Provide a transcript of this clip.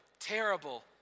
Terrible